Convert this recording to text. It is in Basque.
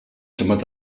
zenbait